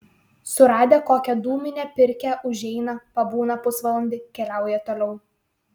suradę kokią dūminę pirkią užeina pabūna pusvalandį keliauja toliau